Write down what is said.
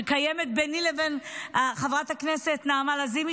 שקיימת ביני לבין חברת הכנסת נעמה לזימי,